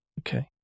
Okay